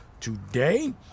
Today